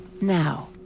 Now